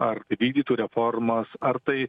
ar vykdytų reformas ar tai